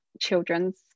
children's